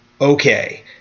Okay